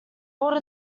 bought